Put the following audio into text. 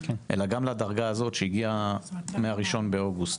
אלא גם לדרגה הזאת שהגיעה מה-1 באוגוסט.